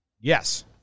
yes